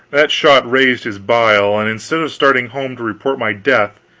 that shot raised his bile, and instead of starting home to report my death,